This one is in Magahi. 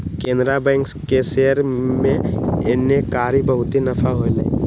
केनरा बैंक के शेयर में एन्नेकारी बहुते नफा होलई